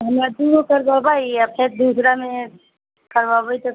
हमरा दू गो करबबै आ फेर दूसरामे करबबै तऽ